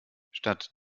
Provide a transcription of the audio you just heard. statt